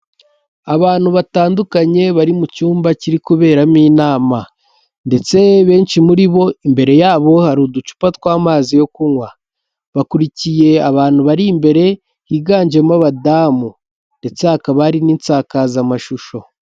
Abantu batandukanye bari mu cyumba kiri kuberamo inama, ndetse benshi muri bo imbere yabo hari uducupa tw'amazi yo kunywa ,bakurikiye abantu bari imbere higanjemo abadamu ndetse hakaba hari n'insakazamashusho.